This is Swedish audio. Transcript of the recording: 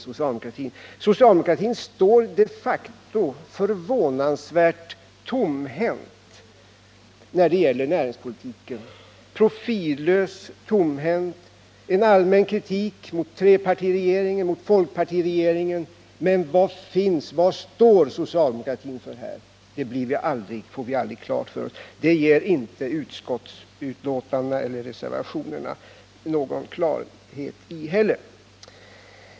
Socialdemokratin står de facto förvånansvärt tomhänt och profillös när det gäller näringspolitiken. Man riktar en allmän kritik mot trepartiregeringen och folkpartiregeringen, men vad står socialdemokratin för? Det får vi aldrig klart för oss. Det ger inte heller utskottsbetänkandet eller reservationerna någon klarhet i.